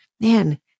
man